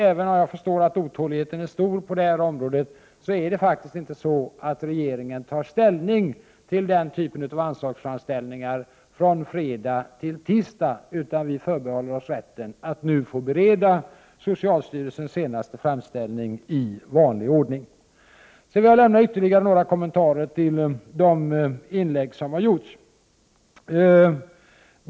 Även om jag förstår att otåligheten är stor på detta område, är det inte så att regeringen tar ställning till den typen av anslagsframställningar från fredag till tisdag. Vi förbehåller oss rätten att nu få bereda socialstyrelsens framställning i vanlig ordning. Jag vill göra ytterligare några kommentarer till de inlägg som har gjorts.